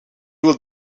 will